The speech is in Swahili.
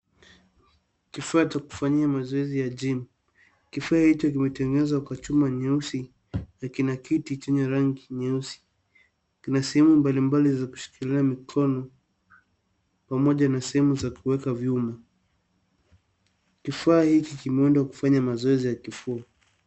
Kifaa cha kufanyia mazoezi ya GYM .Kifaa hicho kimetengenezwa kwa chuma nyeusi na kina kiti chenye rangi nyeusi. Kina sehemu mbalimbali za kushikilia mikono pamoja na sehemu za kuweka vyuma. Kifaa hiki kimeundwa kufanya mazoezi ya kifua.